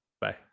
Bye